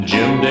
Jim